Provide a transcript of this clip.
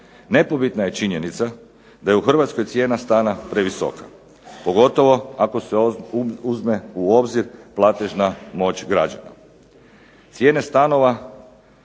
Nepobitna je činjenica da je u Hrvatskoj cijena stana previsoka, pogotovo ako se uzme u obzir platežna moć građana. Cijene stanova